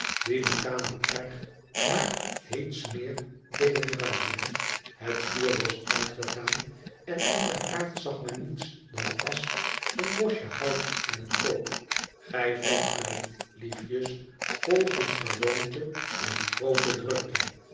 die de kamer erg naar heet smeer deden ruiken het vuur was uitgegaan en in den haard zag men niets dan asch een bosje hout en een pook gij vindt mij liefjes volgens gewoonte in groote drukte